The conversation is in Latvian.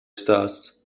stāsts